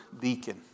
deacon